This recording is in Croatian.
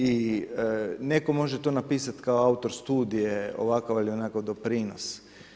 I neko može to napisati kao autor studije, ovako ili onako doprinos.